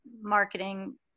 marketing